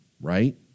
right